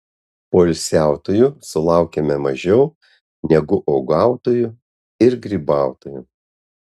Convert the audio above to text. poilsiautojų sulaukiame mažiau negu uogautojų ir grybautojų